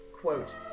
quote